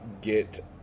get